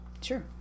Sure